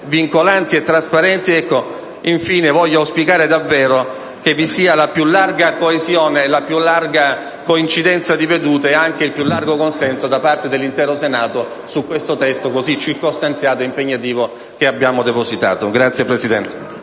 vincolanti e trasparenti, voglio auspicare davvero che vi sia la più larga coesione è coincidenza di vedute, nonché il più largo consenso da parte dell'intero Senato su questo testo così circostanziato e impegnativo che abbiamo depositato. *(Applausi